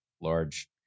large